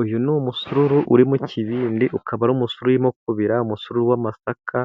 Uyu ni umusururu uri mu kibindi. Ukaba ari umusururu urimo kubira, umusuru w'amasaka.